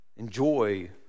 Enjoy